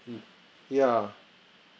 mm yeah